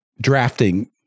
drafting